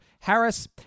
Harris